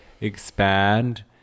expand